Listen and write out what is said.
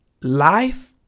life